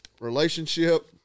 relationship